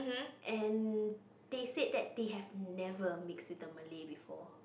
and they said that they have never mixed with the Malay before